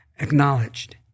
acknowledged